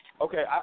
Okay